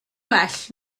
well